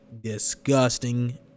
disgusting